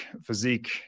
physique